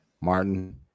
martin